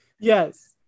yes